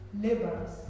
laborers